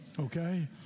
Okay